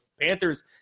Panthers